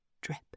drip